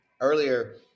earlier